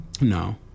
No